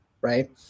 right